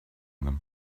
them